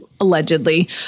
allegedly